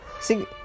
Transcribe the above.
See